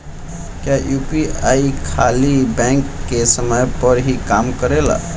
क्या यू.पी.आई खाली बैंक के समय पर ही काम करेला?